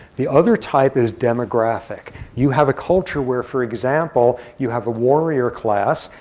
the other type is demographic. you have a culture where, for example, you have a warrior class.